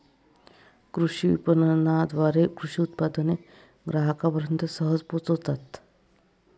कृषी विपणनाद्वारे कृषी उत्पादने ग्राहकांपर्यंत सहज पोहोचतात